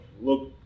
look